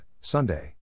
Sunday